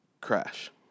crash